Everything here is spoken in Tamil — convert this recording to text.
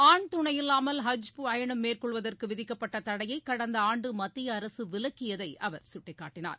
ஆண் துணையில்லாமல் ஹஜ் பயணம் மேற்கொள்வதற்கு விதிக்கப்பட்ட தடையை கடந்த ஆண்டு மத்திய அரசு விலக்கியதை அவர் சுட்டிக்காட்டினார்